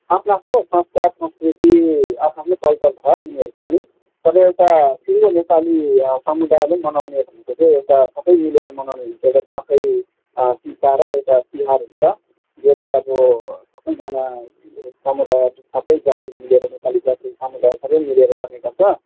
आफ्नो आफ्नो संस्कार संस्कृति आफ्नो आफ्नो कल्चर छ उनीहरूको पनि तर एउटा सिङ्गो नेपाली समुदायले मनाउने भनेको चाहिँ एउटा सबै मिलेर मनाउने हुन्छ एउटा दसैँ टिका र यता तिहार हुन्छ जो चाहिँ अब सबैजना समुदाय सबै जाति मिलेर नेपाली जाति समुदाय सबै मिलेर गर्ने गर्छ